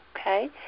Okay